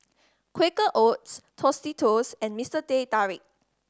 Quaker Oats Tostitos and Mister Teh Tarik